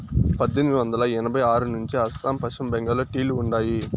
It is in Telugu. పద్దెనిమిది వందల ఎనభై ఆరు నుంచే అస్సాం, పశ్చిమ బెంగాల్లో టీ లు ఉండాయి